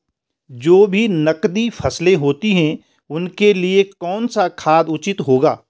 जो भी नकदी फसलें होती हैं उनके लिए कौन सा खाद उचित होगा?